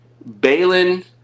Balin